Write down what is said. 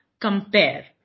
compare